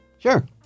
Sure